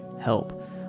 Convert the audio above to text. help